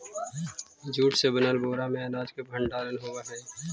jute से बनल बोरा में अनाज के भण्डारण होवऽ हइ